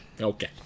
Okay